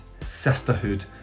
sisterhood